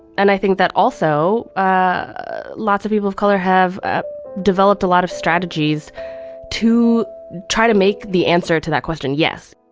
and i think that, also, ah lots of people of color have ah developed a lot of strategies to try to make the answer to that question yes